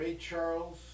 Charles